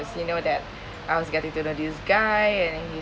as you know that I was getting to know this guy and then he